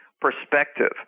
perspective